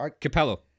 Capello